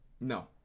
No